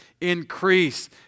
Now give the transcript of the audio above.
increase